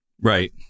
Right